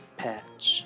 patch